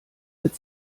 mit